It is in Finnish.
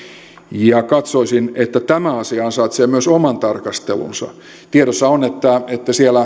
ja katsoisin että myös tämä asia ansaitsee oman tarkastelunsa tiedossa on lehtitietojen mukaan että siellä